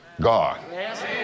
God